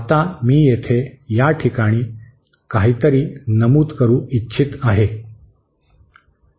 आता मी येथे या ठिकाणी काहीतरी नमूद करू इच्छित आहे